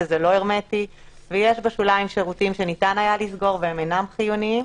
שזה לא הרמטי ויש בשוליים שירותים שניתן היה לסגור והם אינם חיוניים.